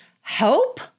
hope